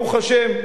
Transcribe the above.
ברוך השם.